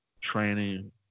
training